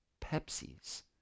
Pepsi's